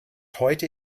heute